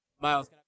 Miles